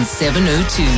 702